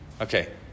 Okay